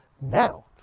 now